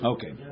Okay